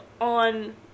on